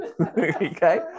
okay